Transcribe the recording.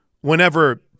whenever –